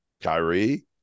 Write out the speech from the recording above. Kyrie